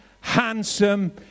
handsome